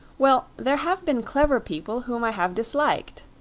well, there have been clever people whom i have disliked,